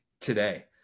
today